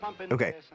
Okay